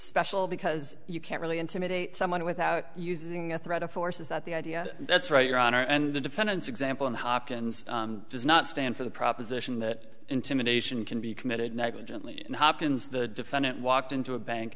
special because you can't really intimidate someone without using a threat of force is that the idea that's right your honor and the defendant's example and hopkins does not stand for the proposition that intimidation can be committed negligently hopkins the defendant walked into a bank